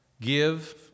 give